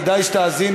כדאי שתאזין,